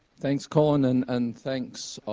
thanks, colin. and and thanks